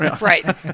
Right